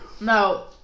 No